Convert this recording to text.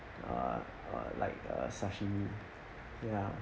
uh uh like uh sashimi ya